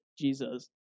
Jesus